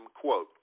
Quote